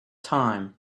time